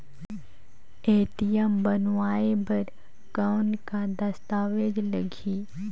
ATM बनवाय बर कौन का दस्तावेज लगही?